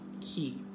key